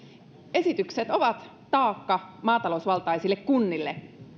esitykset ovat taakka maatalousvaltaisille kunnille